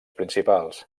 principals